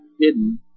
hidden